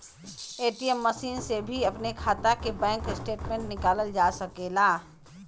ATM machine से भी अपने खाता के बैंक स्टेटमेंट निकालल जा सकेला